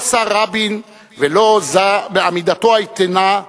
לא סר רבין ולא זע מעמידתו האיתנה,